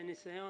מניסיון,